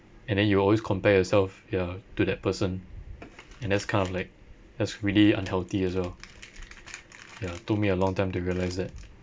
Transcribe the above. and then you will always compare yourself ya to that person and that's kind of like that's really unhealthy as well ya took me a long time to realise that